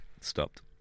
stopped